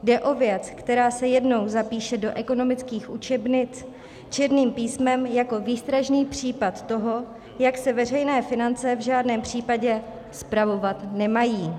Jde o věc, která se jednou zapíše do ekonomických učebnic černým písmem jako výstražný případ toho, jak se veřejné finance v žádném případě spravovat nemají.